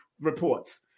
reports